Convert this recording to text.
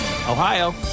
Ohio